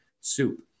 soup